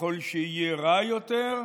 ככל שיהיה רע יותר,